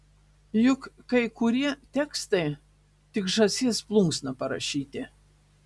juk kai kurie tekstai tik žąsies plunksna parašyti